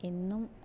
എന്നും